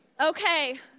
Okay